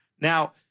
Now